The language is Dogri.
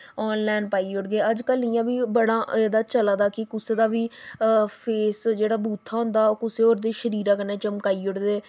आनलाइन पाई ओड़गे अजकल्ल बड़ा एह्दा इ'यां चला दा कि कुसै दा बी फेस जेह्ड़ा बूथा होंदा ओह् कुसै होर दे शरीरा कन्नै चमकाई ओड़दे